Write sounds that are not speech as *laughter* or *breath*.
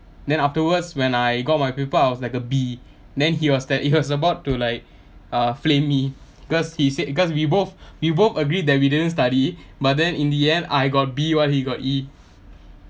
then afterwards when I got my paper I was like a B then he was that he has about to like uh flame me cause he said because we both *breath* we both agreed that we didn't study *breath* but then in the end I got B while he got E